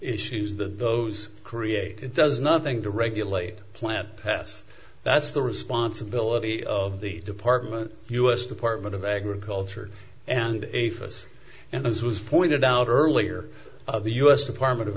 issues that those create it does nothing to regulate plant pests that's the responsibility of the department u s department of agriculture and a focus and as was pointed out earlier of the u s department of